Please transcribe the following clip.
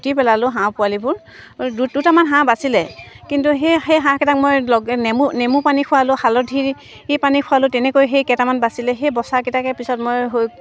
পুতি পেলালোঁ হাঁহ পোৱালিবোৰ দু দুটামান হাঁহ বাচিলে কিন্তু সেই সেই হাঁহকেইটাক মই লগে নেমু নেমু পানী খুৱালোঁ হালধি ই পানী খুৱালোঁ তেনেকৈ সেই কেইটামান বাচিলে সেই বচাকেইটাকে পিছত মই হৈ